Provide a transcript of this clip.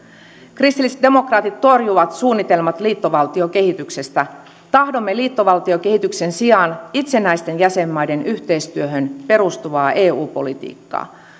kristillisdemokraatit torjuvat suunnitelmat liittovaltiokehityksestä tahdomme liittovaltiokehityksen sijaan itsenäisten jäsenmaiden yhteistyöhön perustuvaa eu politiikkaa